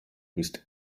bist